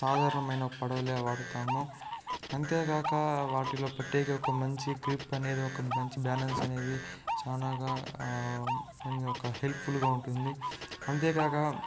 సాధారణమైన పడవలే వాడుతాము అంతేగాక వాటిలో పట్టేకి ఒక మంచి గ్రిప్ అనేది ఒక మంచి బ్యాలెన్స్ అనేది చాలాగా ఒక హెల్ప్ ఫుల్ గా ఉంటుంది అంతేగాక